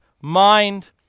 mind